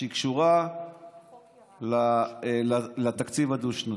שקשורה לתקציב הדו-שנתי.